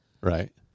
Right